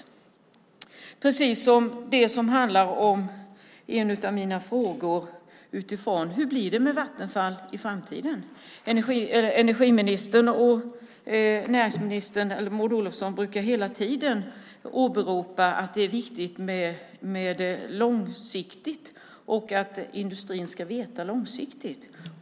Det är precis som det som handlar om en av mina andra frågor: Hur blir det med Vattenfall i framtiden? Näringsminister Maud Olofsson brukar hela tiden åberopa långsiktighet och att det är viktigt att industrin ska veta långsiktigt.